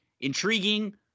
intriguing